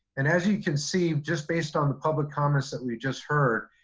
and as you can see, just based on the public comments that we just heard,